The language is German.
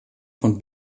von